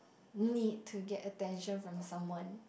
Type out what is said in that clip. need to get attention from someone